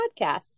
podcasts